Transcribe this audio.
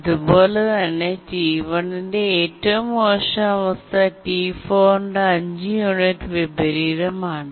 അതുപോലെ തന്നെ T1 ന്റെ ഏറ്റവും മോശം അവസ്ഥ T4 ന്റെ 5 യൂണിറ്റ് വിപരീതമാണ്